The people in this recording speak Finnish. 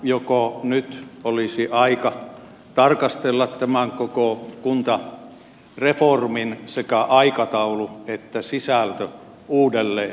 joko nyt olisi aika tarkastella tämän koko kuntareformin sekä aikataulu että sisältö uudelleen